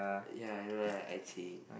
ya I know right 爱情